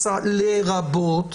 לרבות